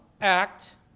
act